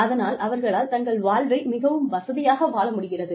அதனால் அவர்களால் தங்கள் வாழ்வை மிகவும் வசதியாக வாழ முடிகிறது